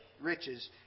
riches